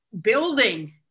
building